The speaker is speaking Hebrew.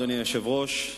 אדוני היושב-ראש,